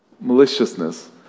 maliciousness